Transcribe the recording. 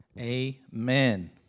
Amen